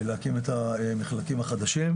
להקים את המחלקים החדשים,